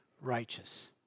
righteous